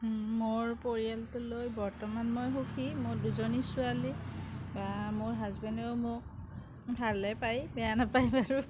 মোৰ পৰিয়ালটো লৈ বৰ্তমান মই সুখী মোৰ দুজনী ছোৱালী বা মোৰ হাজবেণ্ডেও মোক ভালে পায় বেয়া নাপায় বাৰু